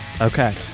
Okay